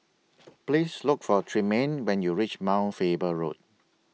Please Look For Tremaine when YOU REACH Mount Faber Road